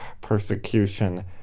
persecution